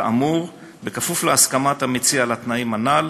כאמור, בכפוף להסכמת המציע לתנאים הנ"ל